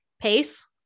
pace